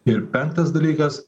ir penktas dalykas